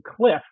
cliff